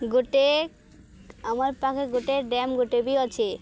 ଗୋଟେ ଆମର୍ ପାଖେ ଗୋଟେ ଡ୍ୟାମ୍ ଗୋଟେ ବି ଅଛେ